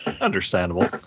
Understandable